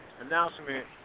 Announcement